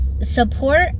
support